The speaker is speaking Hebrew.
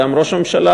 מודע גם ראש הממשלה,